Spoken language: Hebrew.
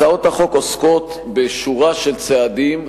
הצעות החוק עוסקות בשורה של צעדים,